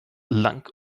lang